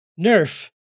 Nerf